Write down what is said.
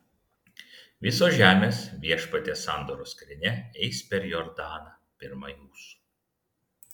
visos žemės viešpaties sandoros skrynia eis per jordaną pirma jūsų